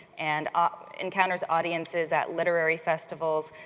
and ah encounters audiences at literary festivals,